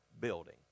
building